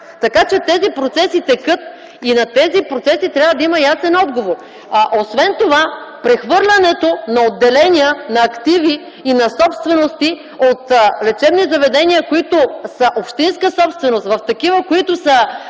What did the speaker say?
Така че тези процеси текат и на тези процеси трябва да има ясен отговор. Освен това, прехвърлянето на отделения, на активи и на собствености от лечебни заведения, които са общинска собственост, в такива, които са